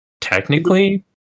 technically